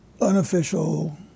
unofficial